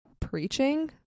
preaching